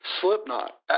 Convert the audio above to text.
Slipknot